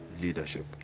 leadership